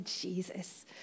Jesus